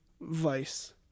Vice